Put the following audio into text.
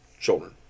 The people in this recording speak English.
children